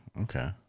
okay